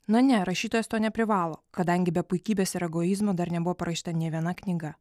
na ne rašytojas to neprivalo kadangi be puikybės ir egoizmo dar nebuvo parašyta nė viena knyga